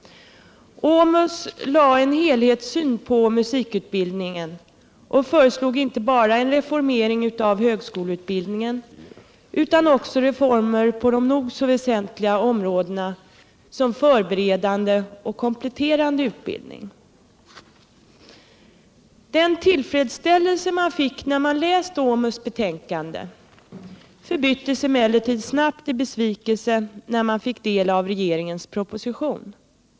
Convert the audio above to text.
OMUS anlade en helhetssyn på musikutbildningen och föreslog inte bara en reformering av högskoleutbildningen utan också reformer på de nog så väsentliga områdena förberedande och kompletterande utbildning. Den tillfredsställelse man kände när man läst OMUS förslag förbyttes emellertid snabbt i besvikelse när man fick del av regeringens proposition.